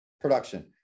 production